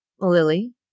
Lily